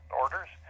orders